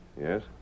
Yes